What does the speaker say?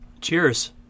Cheers